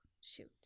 shoot